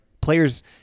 players